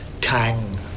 tang